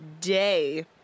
day